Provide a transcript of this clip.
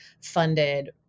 funded